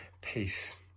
peace